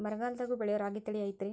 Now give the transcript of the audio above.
ಬರಗಾಲದಾಗೂ ಬೆಳಿಯೋ ರಾಗಿ ತಳಿ ಐತ್ರಿ?